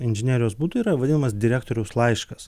inžinerijos būdu yra vadinamas direktoriaus laiškas